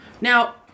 Now